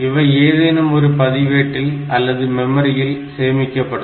இவை ஏதேனும் ஒரு பதிவேட்டில் அல்லது மெமரியில் சேமிக்கப்படும்